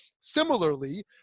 Similarly